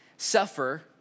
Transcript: suffer